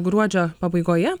gruodžio pabaigoje